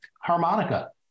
harmonica